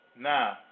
Now